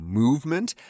movement